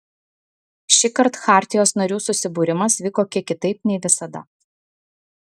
šįkart chartijos narių susibūrimas vyko kiek kitaip nei visada